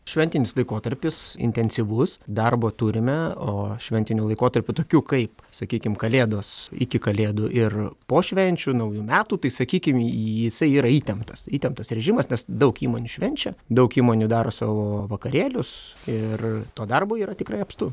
šventinis laikotarpis intensyvus darbo turime o šventiniu laikotarpiu tokių kaip sakykim kalėdos iki kalėdų ir po švenčių naujų metų tai sakykim jisai yra įtemptas įtemptas režimas nes daug įmonių švenčia daug įmonių daro savo vakarėlius ir to darbo yra tikrai apstu